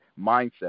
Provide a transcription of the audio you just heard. mindset